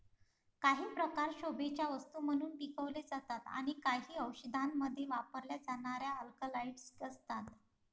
काही प्रकार शोभेच्या वस्तू म्हणून पिकवले जातात आणि काही औषधांमध्ये वापरल्या जाणाऱ्या अल्कलॉइड्स असतात